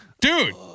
dude